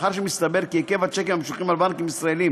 מאחר שמתברר כי היקף השיקים המשוכים על בנקים ישראליים